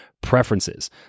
preferences